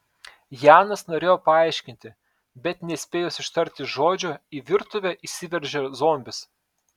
janas norėjo paaiškinti bet nespėjus ištarti žodžio į virtuvę įsiveržė zombis